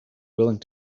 willing